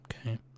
okay